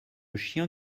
chien